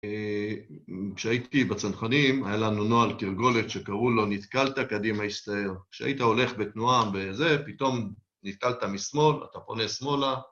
כשהייתי בצנחנים, היה לנו נועל תרגולת שקראו לו נתקלת קדימה הסתער. כשהיית הולך בתנועה בזה, פתאום נתקלת משמאל, אתה פונה שמאלה,